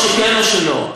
או שכן או שלא.